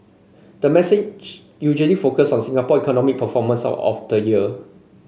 the message usually focus on Singapore economy performance of the year